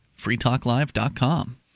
freetalklive.com